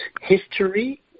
history